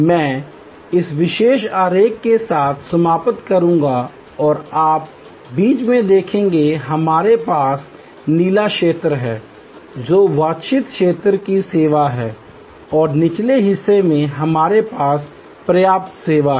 मैं इस विशेष आरेख के साथ समाप्त करूंगा और आप बीच में देखेंगे हमारे पास नीला क्षेत्र है जो वांछित स्तर की सेवा है और निचले हिस्से में हमारे पास पर्याप्त सेवा है